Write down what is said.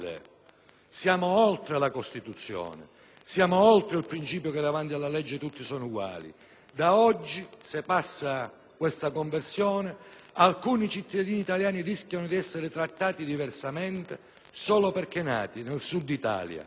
Siamo oltre la Costituzione. Siamo oltre il principio che davanti alla legge tutti sono uguali. Da oggi, se verrà convertito questo decreto-legge, alcuni cittadini italiani rischiano di essere trattati diversamente solo perché nati nel Sud d'Italia.